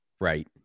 Right